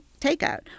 takeout